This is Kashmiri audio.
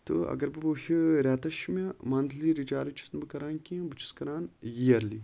تہٕ اَگر بہٕ وٕچھِ رٮ۪تس چھِ مےٚ مَنتھٕلی رِچارٕج چھُس نہٕ بہٕ کران کیٚنہہ بہٕ چھُس کران یِیرلی